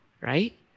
right